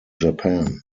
japan